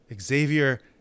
Xavier